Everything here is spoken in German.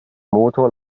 motor